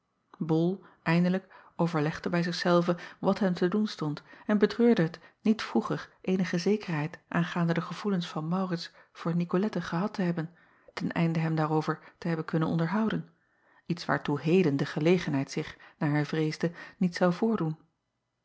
ol eindelijk overlegde bij zich zelven wat hem te doen stond en betreurde het niet vroeger eenige zekerheid aangaande de gevoelens van aurits voor icolette gehad te hebben ten einde hem daarover te hebben kunnen onderhouden iets waartoe heden de gelegenheid zich naar hij vreesde niet zou voordoen